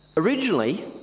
Originally